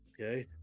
Okay